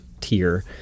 tier